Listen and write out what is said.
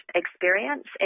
experience